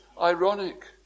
ironic